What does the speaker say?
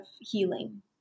healing